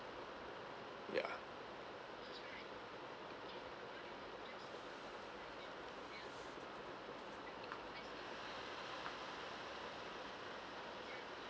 ya